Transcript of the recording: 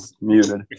muted